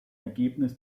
ergebnis